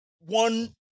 one